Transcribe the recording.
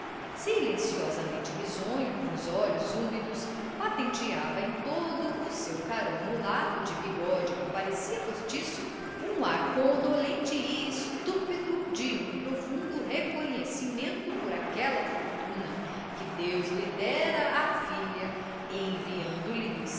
silenciosamente risonho com os olhos úmidos patenteada em todo o seu carão mulato de bigode que parecia postiço um ar condolente e estúpido de um profundo reconhecimento por aquela fortuna que deus lhe dera à filha enviando-lhe dos